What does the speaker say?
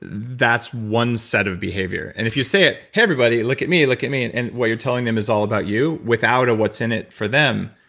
that's one set of behavior. and if you say it, hey everybody, look at me, look at me and and what you're telling them is all about you without what's in it for them,